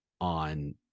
on